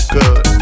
good